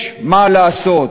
יש מה לעשות.